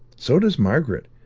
so does margaret.